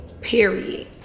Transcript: Period